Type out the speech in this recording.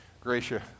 Gracia